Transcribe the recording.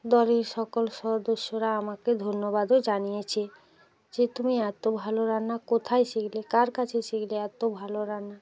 বাড়ির সকল সদস্যরা আমাকে ধন্যবাদও জানিয়েছে যে তুমি এতো ভালো রান্না কোথায় শিখলে কার কাছে শিখলে এতো ভালো রান্না